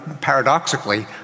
paradoxically